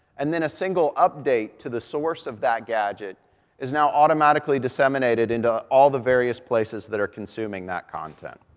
and then a single update to the source of that gadget is now automatically disseminated into all the various places that are consuming that content.